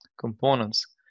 components